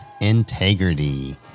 integrity